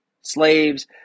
Slaves